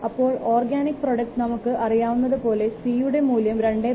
അപ്പോൾ organic product നമുക്ക് അറിയാവുന്നത് പോലെ 'c' യുടെ മൂല്യം 2